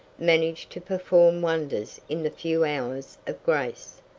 managed to perform wonders in the few hours of grace.